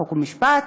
חוק ומשפט